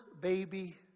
baby